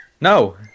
No